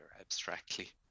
abstractly